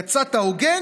יצאת הוגן?